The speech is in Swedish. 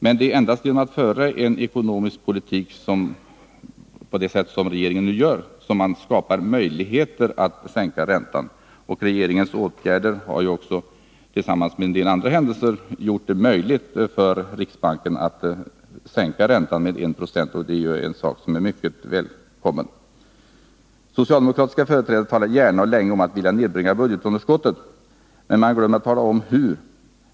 Men det är endast genom att föra en ekonomisk politik på det sätt som regeringen nu gör som man skapar möjligheter att sänka räntan. Regeringens åtgärder har också, tillsammans med en del andra händelser, gjort det möjligt för riksbanken att sänka räntan med 1 96. Det är något som är mycket välkommet. Socialdemokratiska företrädare talar gärna och länge om att vilja nedbringa budgetunderskottet. Men man glömmer att tala om hur.